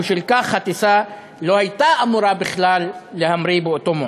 ובשל כך הטיסה לא הייתה אמורה בכלל להמריא באותו מועד.